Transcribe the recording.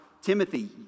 Timothy